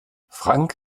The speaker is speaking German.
frank